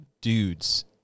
dudes